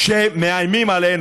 כשמאיימים עלינו,